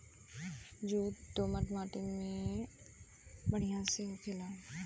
jute दोमट मट्टी में बढ़िया से होखेला